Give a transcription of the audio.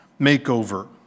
makeover